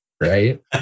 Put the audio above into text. Right